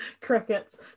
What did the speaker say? Crickets